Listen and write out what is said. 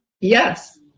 yes